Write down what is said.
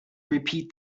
repeat